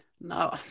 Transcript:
no